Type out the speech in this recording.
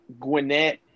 Gwinnett